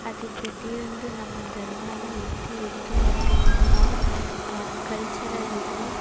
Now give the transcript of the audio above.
ಅದು ಪ್ರತಿಯೊಂದು ನಮ್ಮ ಧರ್ಮನ ಎತ್ತಿ ಹಿಡಿದು ಮತ್ತು ನಮ್ಮ ಕಲ್ಚರಲ್ಲಿರೋ